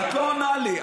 את לא עונה לי.